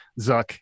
Zuck